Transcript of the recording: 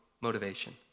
motivation